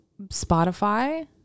Spotify